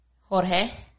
Jorge